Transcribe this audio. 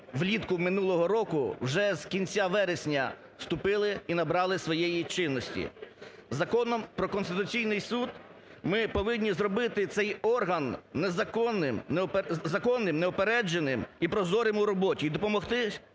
влітку минулого року, вже з кінця вересня вступили і набрали своєї чинності. Законом про Конституційний Суд ми повинні зробити цей орган незаконним…. законним, неупередженим і прозорим у роботі,